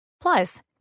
Plus